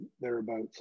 thereabouts